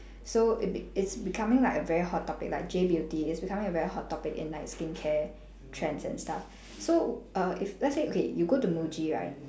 so it be it's becoming like a very hot topic like J beauty it's becoming a very hot topic in like skincare trends and stuff so err if let's say okay you go to muji right